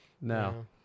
No